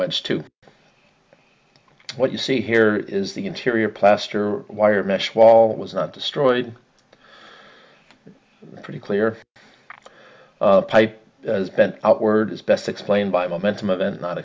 which to what you see here is the interior plaster wire mesh wall was not destroyed pretty clear pipe bent outward is best explained by momentum of and not